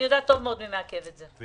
אני יודעת טוב מאוד מי מעכב את זה,